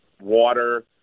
water